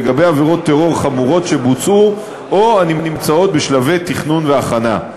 לגבי עבירות טרור חמורות שבוצעו או הנמצאות בשלבי תכנון והכנה.